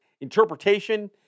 interpretation